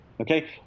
Okay